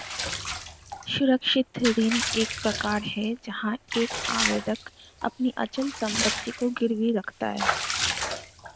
सुरक्षित ऋण एक प्रकार है जहां एक आवेदक अपनी अचल संपत्ति को गिरवी रखता है